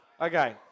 Okay